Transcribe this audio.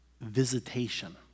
visitation